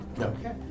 Okay